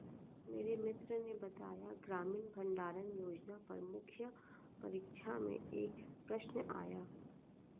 मेरे मित्र ने बताया ग्रामीण भंडारण योजना पर मुख्य परीक्षा में एक प्रश्न आया